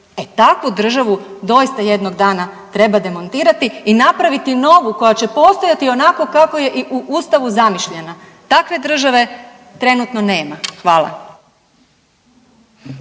takvu državu doista jednog dana treba demontirati i napraviti novu koja će postojati onako kako je i u Ustavu zamišljena, takve države trenutno nema. Hvala.